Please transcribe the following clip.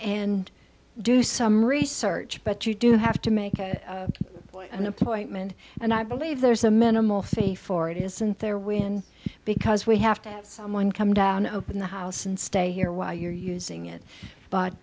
and do some research but you do have to make an appointment and i believe there's a minimal fee for it isn't there when because we have to have someone come down open the house and stay here why you're using it but